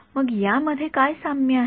मग या मध्ये काय साम्य आहे